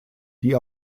die